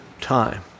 time